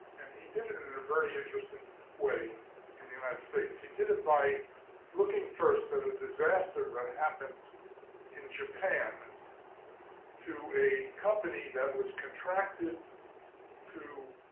and he did it in a very interesting way in the united states. he did it by looking first at a disaster that happened in japan to a company that was contracted to